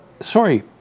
sorry